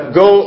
go